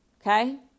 okay